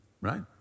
right